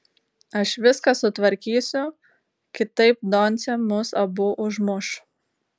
aš viską sutvarkysiu kitaip doncė mus abu užmuš